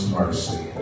mercy